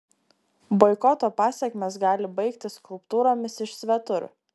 boikoto pasekmės gali baigtis skulptūromis iš svetur